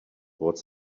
bought